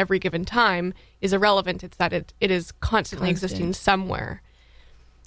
every given time is irrelevant it's not that it is constantly existing somewhere